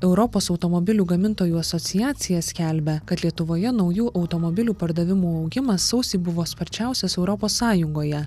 europos automobilių gamintojų asociacija skelbia kad lietuvoje naujų automobilių pardavimų augimas sausį buvo sparčiausias europos sąjungoje